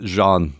Jean